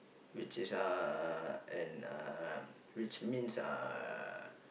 which is uh and uh which means uh